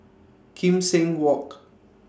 Kim Seng Walk